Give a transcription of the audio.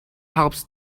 helps